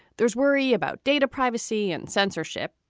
there's worry about data privacy and censorship.